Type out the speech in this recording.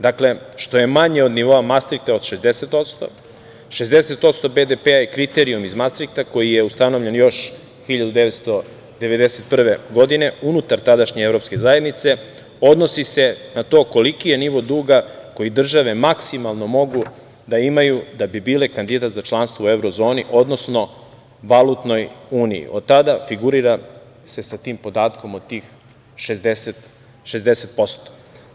Dakle, što je manje od nivoa Mastrihta od 60%, 60% BDP i kriterijumi iz Mastrihta koji je ustanovljen još 1991. godine unutar tadašnje Evropske zajednice odnosi se na to koliki je nivo duga koje države maksimalno mogu da imaju da bi bile kandidat za članstvo u evro zoni, odnosno valutnoj uniji od tada se figurira sa tim podatkom od tih 60%